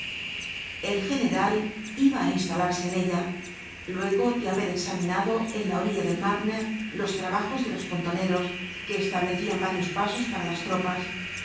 el general iba á instalarse en ella luego de haber examinado en la orilla del marne los trabajos de los pontoneros que establecían varios pasos para las tropas